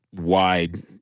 wide